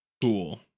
cool